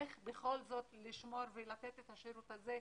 איך בכל זאת לשמור ולתת את השירות הזה,